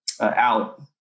out